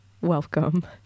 welcome